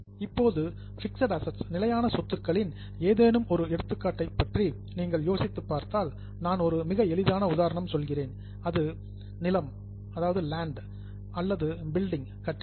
இப்போது fixed assets நிலையான சொத்துக்களின் ஏதேனும் ஒரு எடுத்துக் காட்டை பற்றி நீங்கள் யோசித்துப் பார்த்தால் நான் ஒரு மிக எளிதான உதாரணம் சொல்கிறேன் அது லேண்ட் நிலம் அல்லது பில்டிங் கட்டிடம்